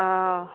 ఆ